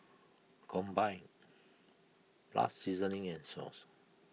combined plus seasoning and sauce